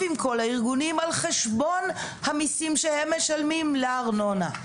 עם כל הארגונים על חשבון המסים שהם משלמים לארנונה?